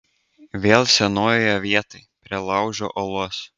vėl senojoje vietoj prie laužo uolos